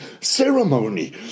ceremony